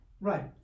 Right